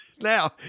Now